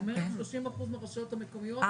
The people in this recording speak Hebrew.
את אומרת 30% מהרשויות המקומיות,